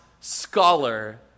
scholar